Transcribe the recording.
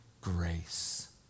grace